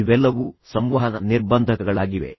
ಇವೆಲ್ಲವೂ ಸಂವಹನ ನಿರ್ಬಂಧಕಗಳಾಗಿವೆ